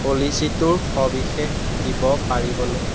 পলিচিটোৰ সবিশেষ দিব পাৰিবনে